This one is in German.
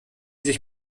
sich